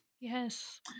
yes